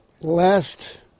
Last